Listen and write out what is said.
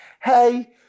hey